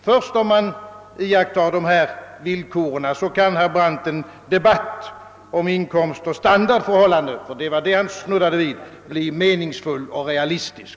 Först om man iakttar dessa regler kan, herr Brandt, en debatt om inkomstoch standardförhållanden bli meningsfull och realistisk.